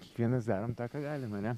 kiekvienas darom tą ką galim ane